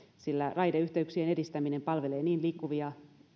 sillä raideyhteyksien edistäminen palvelee niin liikkuvia